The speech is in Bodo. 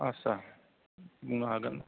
आच्चा बुंनो हागोन